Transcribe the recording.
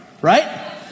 right